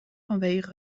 vanwege